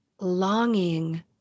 longing